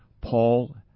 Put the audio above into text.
Paul